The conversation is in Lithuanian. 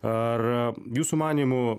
ar jūsų manymu